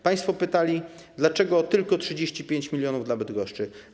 Państwo pytali, dlaczego tylko 35 mln dla Bydgoszczy.